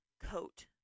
coat